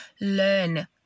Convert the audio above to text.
Learn